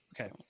Okay